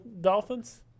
Dolphins